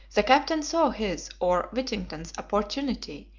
the captain saw his, or whittington's, opportunity,